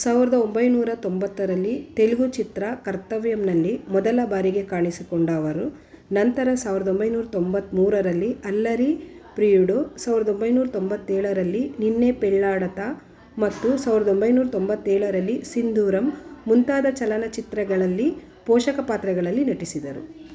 ಸಾವಿರದ ಒಂಬೈನೂರ ತೊಂಬತ್ತರಲ್ಲಿ ತೆಲುಗು ಚಿತ್ರ ಕರ್ತವ್ಯಮ್ನಲ್ಲಿ ಮೊದಲ ಬಾರಿಗೆ ಕಾಣಿಸಿಕೊಂಡ ಅವರು ನಂತರ ಸಾವಿರದ ಒಂಬೈನೂರ ತೊಂಬತ್ತ ಮೂರರಲ್ಲಿ ಅಲ್ಲರಿ ಪ್ರಿಯುಡು ಸಾವಿರದ ಒಂಬೈನೂರ ತೊಂಬತ್ತ ಏಳರಲ್ಲಿ ನಿನ್ನೆ ಪೆಳ್ಲಾಡತಾ ಮತ್ತು ಸಾವಿರದ ಒಂಬೈನೂರ ತೊಂಬತ್ತ ಏಳರಲ್ಲಿ ಸಿಂಧೂರಮ್ ಮುಂತಾದ ಚಲನಚಿತ್ರಗಳಲ್ಲಿ ಪೋಷಕ ಪಾತ್ರಗಳಲ್ಲಿ ನಟಿಸಿದರು